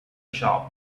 shop